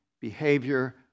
Behavior